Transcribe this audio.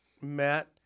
matt